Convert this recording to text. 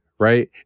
right